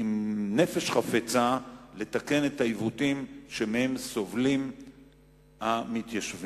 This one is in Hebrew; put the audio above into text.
בנפש חפצה לתקן את העיוותים שמהם סובלים המתיישבים.